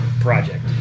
project